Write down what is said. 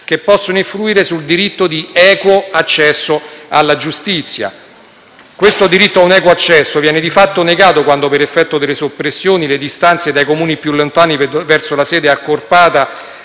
che può influire sul diritto di equo accesso alla giustizia. Tale diritto viene di fatto negato quando, per effetto delle soppressioni, le distanze dai Comuni più lontani verso la sede accorpata